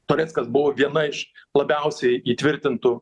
toreckas buvo viena iš labiausiai įtvirtintų